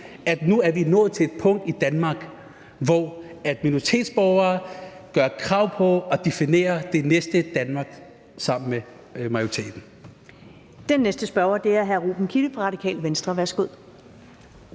vi nu er nået til et punkt i Danmark, hvor minoritetsborgere gør krav på at definere det næste Danmark sammen med majoriteten.